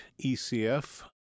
ECF